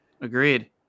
Agreed